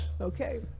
okay